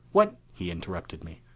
what he interrupted me.